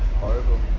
Horrible